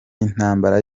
intambara